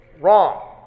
wrong